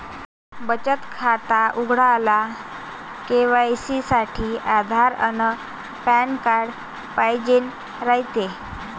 बचत खातं उघडाले के.वाय.सी साठी आधार अन पॅन कार्ड पाइजेन रायते